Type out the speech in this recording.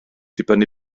dibynnu